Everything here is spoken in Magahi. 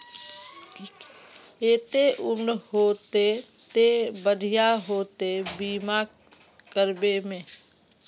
केते उम्र होते ते बढ़िया होते बीमा करबे में?